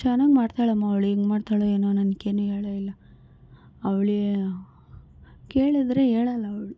ಚೆನ್ನಾಗಿ ಮಾಡ್ತಾಳಮ್ಮ ಅವ್ಳು ಹೆಂಗ ಮಾಡ್ತಾಳೋ ಏನೋ ನನ್ಗೇನು ಹೇಳೇ ಇಲ್ಲ ಅವ್ಳೆ ಕೇಳಿದ್ರೇ ಹೇಳೋಲ್ಲ ಅವಳು